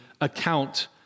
account